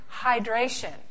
hydration